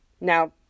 Now